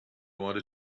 want